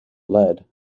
lead